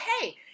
hey